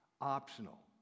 optional